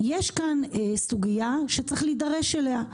יש כאן סוגיה שצריך להידרש אליה.